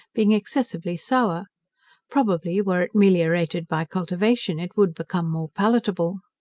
being excessively sour probably were it meliorated by cultivation, it would become more palatable.